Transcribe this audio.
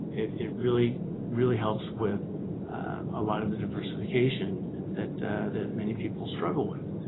it really, really helps with a lot of the diversification that that many people struggle with.